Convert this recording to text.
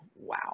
Wow